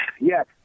Yes